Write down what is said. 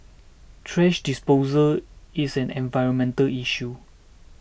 thrash disposal is an environmental issue